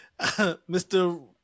Mr